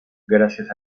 gracias